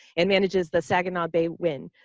and manages the saginaw bay win.